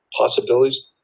possibilities